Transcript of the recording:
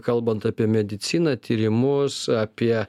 kalbant apie mediciną tyrimus apie